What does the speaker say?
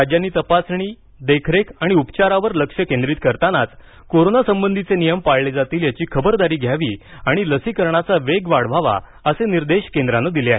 राज्यांनी तपासणी निगराणी आणि उपचारावर लक्ष केंद्रित करतानाच कोरोना संबधीचे नियम पाळले जातील याची खबरदारी घ्यावी आणि लसीकरणाचा वेग वाढवावा असे निर्देश केंद्रानं दिले आहेत